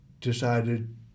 decided